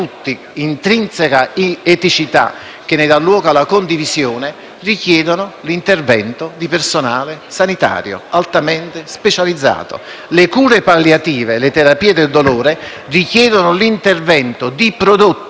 richiedono l'intervento di personale sanitario altamente specializzato. Le cure palliative e le terapie del dolore richiedono l'intervento di prodotti elaborati da case farmaceutiche o da laboratori, con l'intervento